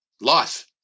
life